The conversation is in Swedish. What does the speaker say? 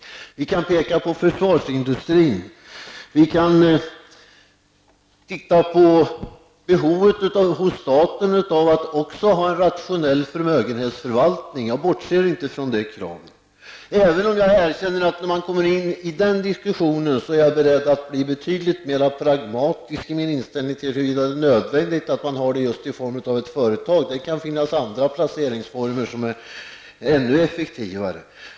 Jag skulle kunna peka på försvarsindustrin och behovet hos staten av att ha en rationell förmögenhetsförvaltning. Jag bortser inte ifrån det kravet. Jag erkänner dock att när vi kommer in i den diskussionen är jag beredd att bli betydligt mera pragmatisk i min inställning till huruvida det är nödvändigt att ha rörelse just i form av ett företag. Det kan finnas andra placeringsformer som är ännu effektivare.